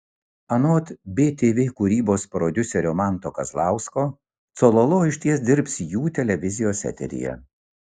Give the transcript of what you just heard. anot btv kūrybos prodiuserio manto kazlausko cololo išties dirbs jų televizijos eteryje